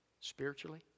spiritually